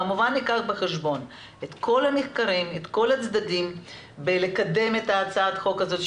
כמובן שניקח בחשבן את כל הצדדים והדברים לקדם את הצעת החוק הזו,